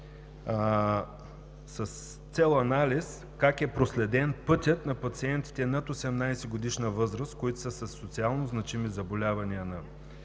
е с цел анализ как е проследен пътят на пациентите над 18-годишна възраст, които са със социално значими заболявания на